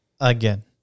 Again